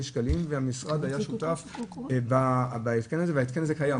שקלים והמשרד היה שותף בהתקן הזה וההתקן הזה קיים.